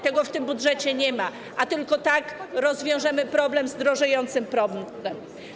Tego w tym budżecie nie ma, a tylko tak rozwiążemy problem związany z drożejącym prądem.